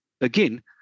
Again